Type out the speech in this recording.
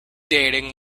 dating